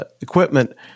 equipment